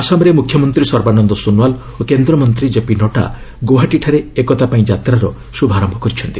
ଆସାମରେ ମୁଖ୍ୟମନ୍ତ୍ରୀ ସର୍ବାନନ୍ଦ ସୋନୋୱାଲ୍ ଓ କେନ୍ଦ୍ରମନ୍ତ୍ରୀ କେପି ନଡ୍ରା ଗୌହାଟିଠାରେ ଏଲକତାପାଇଁ ଯାତ୍ରାର ଶୁଭାରମ୍ଭ କରିଛନ୍ତି